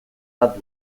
bat